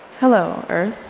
hello, earth.